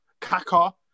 Kaka